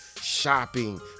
shopping